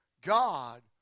God